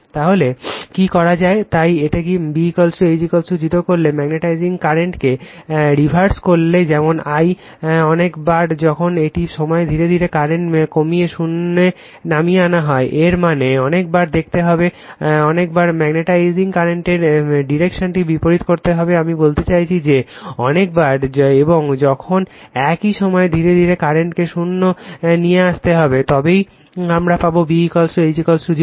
তাহলে কি করা যায় তাই এটাকে B H 0 করলে ম্যাগ্নেটাইজিং কারেন্টকে রিভার্স করলে যেমন I অনেক বার যখন একই সময়ে ধীরে ধীরে কারেন্ট কমিয়ে শূন্যে নামিয়ে আনা হয় এর মানে অনেকবার দেখতে হবে অনেকবার ম্যাগনেটাইজিং কারেন্টের ডিরেকশনটি বিপরীত করতে হবে আমি বলতে চাইছি যে অনেক বার এবং যখন একই সময়ে ধীরে ধীরে কারেন্টকে শূন্যে নিয়ে আসতে হবে তবেই আমরা পাবো B H 0